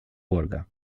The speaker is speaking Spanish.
volga